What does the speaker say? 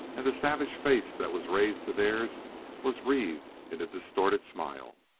and the savage face that was raised to theirs was wreathed in a distorted smile.